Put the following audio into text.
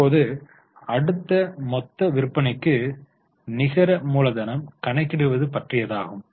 இப்போது அடுத்து மொத்த விற்பனைக்கு நிகர மூலதனம் கணக்கிடுவது பற்றியதாகும்